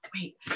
wait